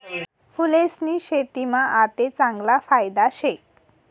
फूलेस्नी शेतीमा आते चांगला फायदा शे